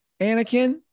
Anakin